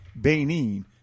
Benin